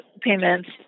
payments